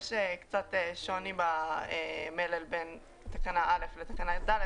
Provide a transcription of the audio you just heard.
יש קצת שוני במלל בין תקנה (א) לתקנה (ד).